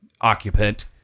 occupant